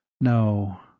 no